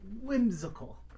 whimsical